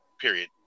Period